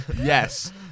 Yes